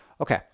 Okay